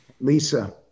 Lisa